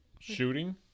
shooting